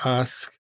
ask